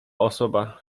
osoba